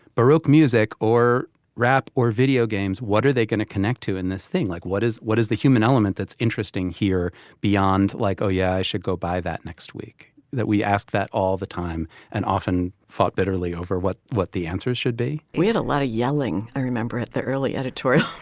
baroque music or rap or video games? what are they going to connect to in this thing? like what is what is the human element that's interesting here beyond like, oh, yeah, i should go by that next week that we asked that all the time and often fought bitterly over what what the answers should be we had a lot of yelling i remember the early editorial